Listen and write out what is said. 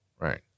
Right